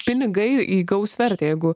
pinigai įgaus vertę jeigu